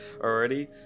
already